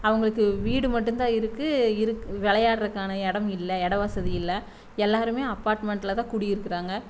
அவங்களுக்கு வீடு மட்டுந்தான் இருக்குது இரு விளையாட்றக்கான இடம் இல்லை இட வசதி இல்லை எல்லாருமே அப்பார்ட்மெண்ட்ல தான் குடி இருக்குறாங்க